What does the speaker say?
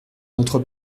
notre